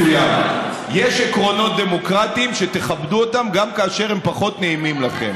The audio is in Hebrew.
עושה חקירה טובה בחקירות של נבחרי ציבור או בכל חקירה אחרת,